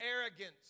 arrogance